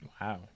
Wow